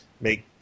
make